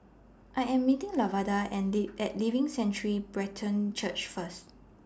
I Am meeting Lavada At Live At Living Sanctuary Brethren Church First